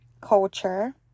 culture